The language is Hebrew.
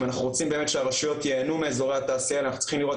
אם אנחנו רוצים באמת שהרשויות ייהנו מאזור התעשייה אנחנו צריכים לראות